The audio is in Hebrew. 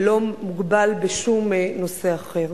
ולא מוגבל בשום נושא אחר.